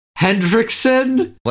Hendrickson